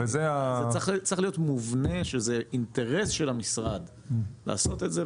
זה צריך להיות מובנה שזה אינטרס של המשרד לעשות את זה.